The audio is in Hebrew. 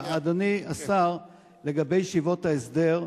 לגבי ישיבות ההסדר,